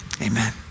Amen